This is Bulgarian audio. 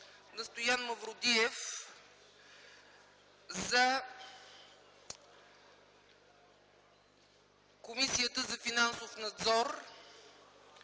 на Стоян Мавродиев за Комисията за финансов надзор.